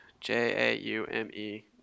J-A-U-M-E